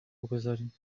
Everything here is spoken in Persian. بگذاریم